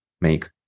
make